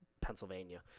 Pennsylvania